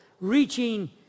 reaching